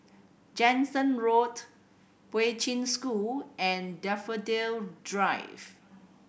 Jansen Road Poi Ching School and Daffodil Drive